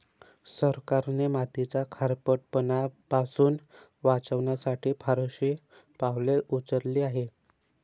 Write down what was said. सरकारने मातीचा खारटपणा पासून वाचवण्यासाठी फारशी पावले उचलली आहेत